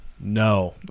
No